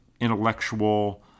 intellectual